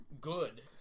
good